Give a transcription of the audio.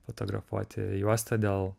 fotografuoti juosta dėl